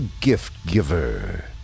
Gift-Giver